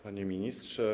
Panie Ministrze!